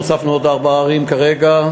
הוספנו עוד ארבע ערים כרגע.